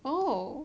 oh